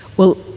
well,